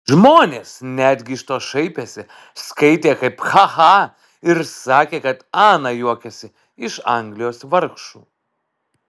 žmonės netgi iš to šaipėsi skaitė kaip ha ha ir sakė kad ana juokiasi iš anglijos vargšų